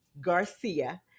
Garcia